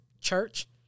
church